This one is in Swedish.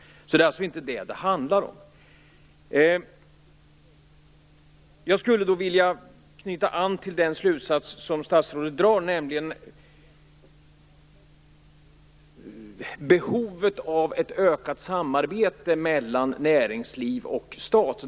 Det är alltså inte det som det handlar om. Jag skulle vilja knyta an till den slutsats som statsrådet drar, nämligen behovet av ett ökat samarbete mellan näringsliv och stat.